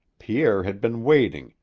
pierre had been waiting,